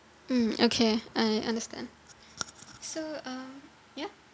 mm okay I understand so uh ya